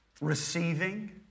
Receiving